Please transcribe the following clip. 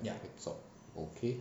okay